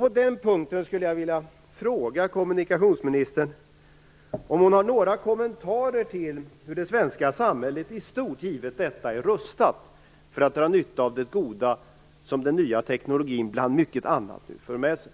På den punkten skulle jag vilja fråga kommunikationsministern om hon har några kommentarer till hur det svenska samhället i stort, givet detta, är rustat för att dra nytta av det goda som den nya tekniken bland mycket annat för med sig.